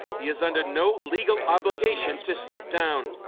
he is under no legal obligation to step down.